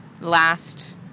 last